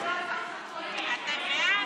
אתה בעד?